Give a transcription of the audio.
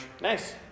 nice